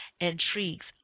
intrigues